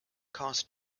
cost